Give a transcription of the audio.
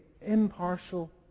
impartial